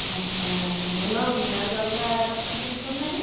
ଆଚ୍ଛା ଭଲ ହେଉନି ଆଉ ଗୋଟିଏ ଅଲଗା ଡକ୍ଟର୍ ଚେଞ୍ଜ୍ କରୁନାହାନ୍ତି